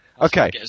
Okay